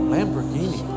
Lamborghini